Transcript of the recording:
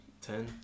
ten